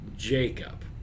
Jacob